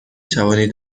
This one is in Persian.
توانید